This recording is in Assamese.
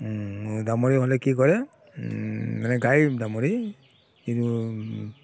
দামুৰী হ'লে কি কৰে মানে গাই দামুৰী কিন্তু